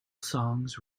songs